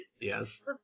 Yes